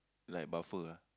like a buffer ah